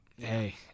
hey